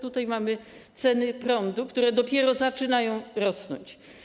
Tutaj mamy ceny prądu, które dopiero zaczynają rosnąć.